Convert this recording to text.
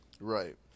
right